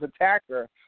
attacker